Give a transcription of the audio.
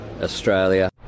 Australia